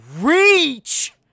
Reach